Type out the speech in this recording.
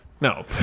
No